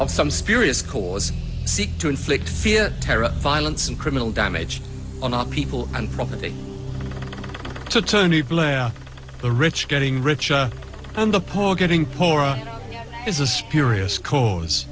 of some spurious cause seek to inflict fear terror violence and criminal damage on our people and property to tony blair the rich getting richer and the poor getting poorer is a spurious cause